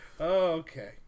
Okay